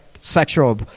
sexual